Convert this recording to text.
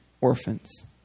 orphans